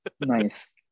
nice